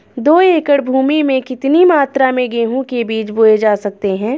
दो एकड़ भूमि में कितनी मात्रा में गेहूँ के बीज बोये जा सकते हैं?